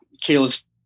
Kayla's